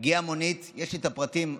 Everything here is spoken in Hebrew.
הגיעה מונית, יש לי הפרטים,